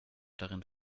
darin